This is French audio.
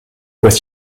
voix